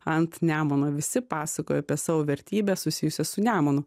ant nemuno visi pasakojo apie savo vertybes susijusias su nemunu